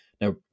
Now